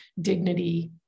dignity